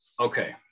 Okay